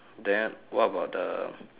then what about the